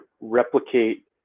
replicate